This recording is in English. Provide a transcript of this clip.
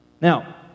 Now